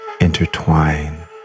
intertwine